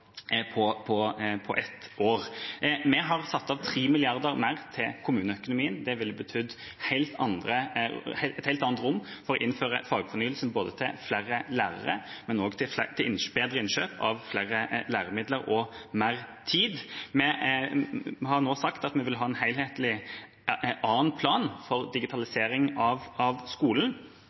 på ett år. Vi har satt av 3 mrd. kr mer til kommuneøkonomien. Det ville betydd et helt annet rom for å innføre fagfornyelsen, til flere lærere, til bedre innkjøp av flere læremidler og mer tid. Vi har nå sagt at vi vil ha en annen, helhetlig plan for digitalisering av skolen,